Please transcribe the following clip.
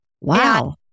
Wow